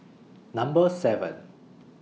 Number seven